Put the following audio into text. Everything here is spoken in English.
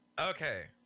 Okay